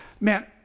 man